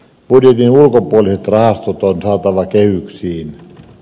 budjetin ulkopuoliset rahastot on saatava kehyksiin